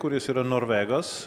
kuris yra norvegas